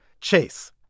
Chase